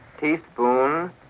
teaspoon